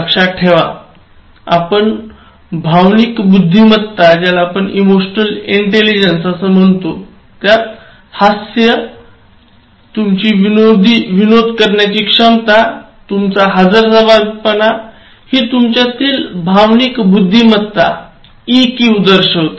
लक्षात ठेवा आपण भावनिक बुद्धिमत्ता हास्य तुमची विनोद करण्याची क्षमतातुमचा हजरजबाबीपणा हि तुमच्यातील भावनिक बुद्धिमत्ता दर्शवते